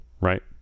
right